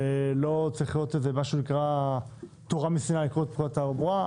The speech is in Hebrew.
זה לא צריך להיות מה שנקרא תורה מסיני כל התחבורה.